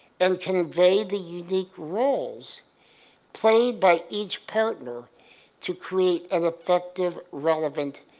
and convey the unique roles played by each partner to create an effective, relevant,